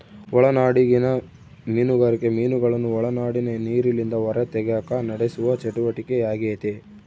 ಒಳನಾಡಿಗಿನ ಮೀನುಗಾರಿಕೆ ಮೀನುಗಳನ್ನು ಒಳನಾಡಿನ ನೀರಿಲಿಂದ ಹೊರತೆಗೆಕ ನಡೆಸುವ ಚಟುವಟಿಕೆಯಾಗೆತೆ